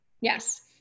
Yes